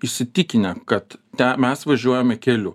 įsitikinę kad mes važiuojame keliu